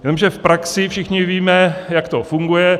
Jenže v praxi všichni víme, jak to funguje.